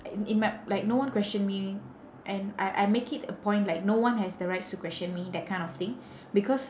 i~ in my like no one question me and I I make it a point like no one has the rights to question me that kind of thing because